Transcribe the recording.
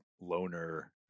loner